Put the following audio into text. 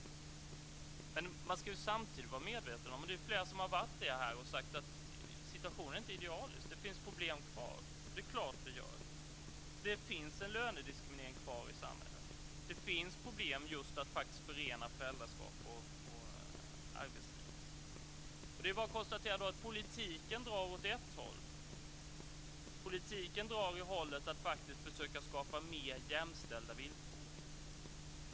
Men samtidigt ska man vara medveten om, vilket flera här också har sagt, att situationen inte är idealisk utan att det finns problem kvar. Det är klart att det gör. Det finns en lönediskriminering kvar i samhället. Det finns problem med att förena föräldraskap och arbetsliv. Det är bara att konstatera att politiken drar åt ett håll. Politiken drar åt det hållet att faktiskt försöka skapa mer jämställda villkor.